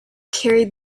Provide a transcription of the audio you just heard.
carried